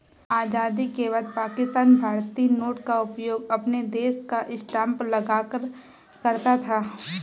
आजादी के बाद पाकिस्तान भारतीय नोट का उपयोग अपने देश का स्टांप लगाकर करता था